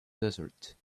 desert